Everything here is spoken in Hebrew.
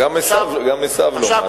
גם עשיו לא משהו.